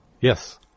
Yes